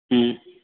ம்